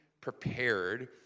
prepared